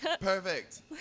Perfect